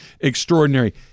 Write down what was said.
extraordinary